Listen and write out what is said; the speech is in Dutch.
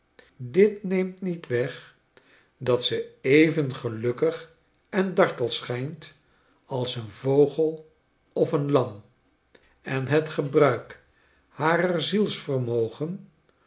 dit neemt niet weg dat ze even gelukkig en dartel schijnt als een vogel of een lam en het gebruik harer